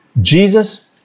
Jesus